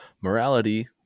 morality